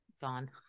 gone